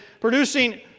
producing